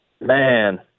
Man